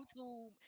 YouTube